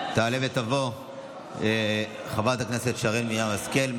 תעלה ותבוא חברת הכנסת שרן מרים השכל,